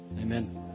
Amen